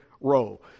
role